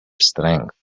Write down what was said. strength